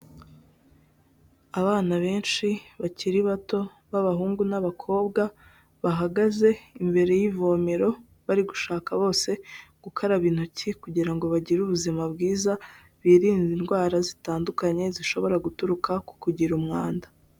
Abana benshi bakiri bato b'abahungu n'abakobwa, bahagaze imbere y'ivomero, bari gushaka bose gukaraba intoki kugira ngo bagire ubuzima bwiza, birinde indwara zitandukanye zishobora guturuka ku kugira umwanda.